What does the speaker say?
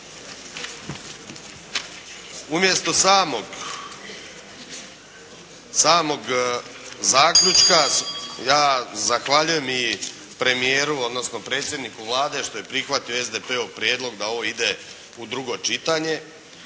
Umjesto samog zaključka ja zahvaljujem i premijeru odnosno predsjedniku Vlade što je prihvatio SDP-ov prijedlog da ove ide u drugo čitanje.